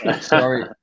Sorry